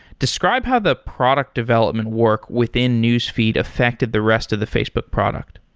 describe how the product development work within newsfeed affected the rest of the facebook product.